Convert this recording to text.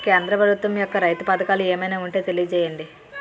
కేంద్ర ప్రభుత్వం యెక్క రైతు పథకాలు ఏమైనా ఉంటే తెలియజేయండి?